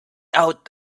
out